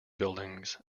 buildings